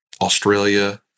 Australia